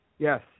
Yes